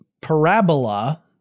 parabola